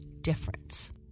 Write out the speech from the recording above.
difference